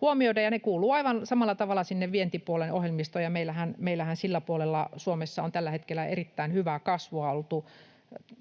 huomioida. Ne kuuluvat aivan samalla tavalla sinne vientipuolen ohjelmistoon, ja meillähän sillä puolella Suomessa on tällä hetkellä erittäin hyvää kasvua